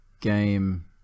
game